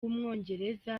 w’umwongereza